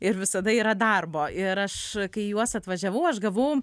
ir visada yra darbo ir aš kai į juos atvažiavau aš gavau